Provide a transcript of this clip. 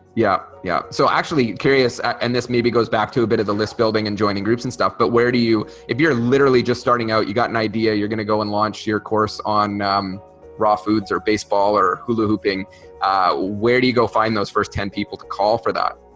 yeah yeah so actually curious and this maybe goes back to a bit of the list building and joining groups and stuff but where do you if you're literally just starting out you got an idea you're gonna go and launch your course on um raw foods or baseball or hula-hooping where do you go find those first ten people to call for that?